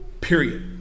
period